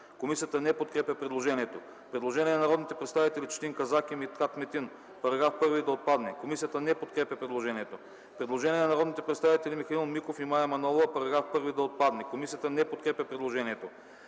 Комисията не подкрепя предложението. Предложение от народните представители Четин Казак и Митхат Метин -§ 1 да отпадне. Комисията не подкрепя предложението. Предложение от народните представители Михаил Миков и Мая Манолова -§ 1 да отпадне. Комисията не подкрепя предложението.